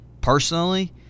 Personally